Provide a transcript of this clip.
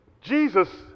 Jesus